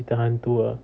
cerita hantu ah